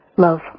Love